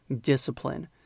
discipline